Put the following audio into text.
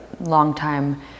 longtime